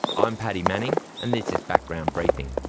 i'm paddy manning and this is background briefing.